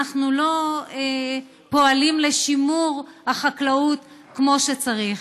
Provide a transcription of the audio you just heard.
אנחנו לא פועלים לשימור החקלאות כמו שצריך.